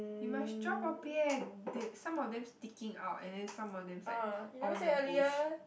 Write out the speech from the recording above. you must draw properly some of them sticking out and then some of them is like on the bush